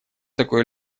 такое